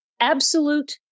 absolute